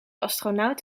astronaut